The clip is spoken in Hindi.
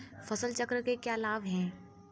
फसल चक्र के क्या लाभ हैं?